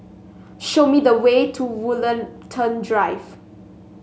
show me the way to Woollerton Drive